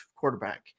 quarterback